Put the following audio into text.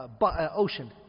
ocean